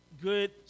good